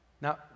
now